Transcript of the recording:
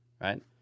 right